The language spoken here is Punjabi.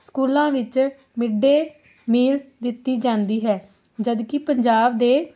ਸਕੂਲਾਂ ਵਿੱਚ ਮਿਡ ਡੇ ਮੀਲ ਦਿੱਤੀ ਜਾਂਦੀ ਹੈ ਜਦਕਿ ਪੰਜਾਬ ਦੇ